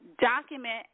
document